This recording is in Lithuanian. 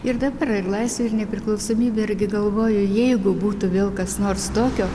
ir dabar ir laisvė ir nepriklausomybė irgi galvoju jeigu būtų vėl kas nors tokio